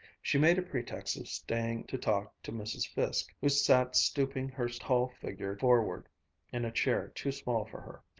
she made a pretext of staying to talk to mrs. fiske, who sat stooping her tall figure forward in a chair too small for her.